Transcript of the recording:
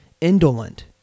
indolent